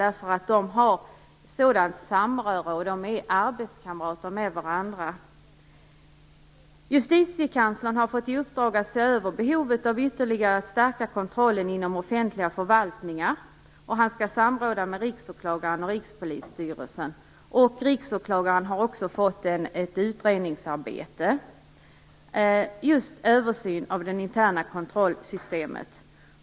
De har nämligen ett samröre, och de är arbetskamrater. Justitiekanslern har fått i uppdrag att se över behovet av att ytterligare stärka kontrollen inom offentliga förvaltningar. Han skall samråda med Riksåklagaren och Rikspolisstyrelsen. Riksåklagaren har också fått ett utredningsarbete som innebär en översyn av det interna kontrollsystemet.